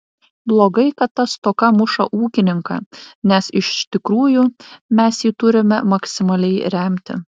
blogai kai ta stoka muša ūkininką nes iš tikrųjų mes jį turime maksimaliai remti